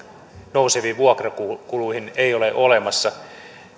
nouseviin vuokrakuluihin ei ole olemassa